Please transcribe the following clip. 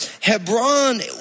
Hebron